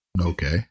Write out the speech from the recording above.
Okay